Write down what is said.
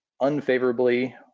unfavorably